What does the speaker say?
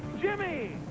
Jimmy